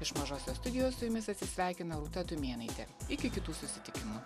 iš mažosios studijos su jumis atsisveikina rūta tumėnaitė iki kitų susitikimų